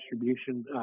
distribution